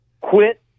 Quit